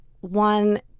one